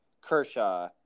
Kershaw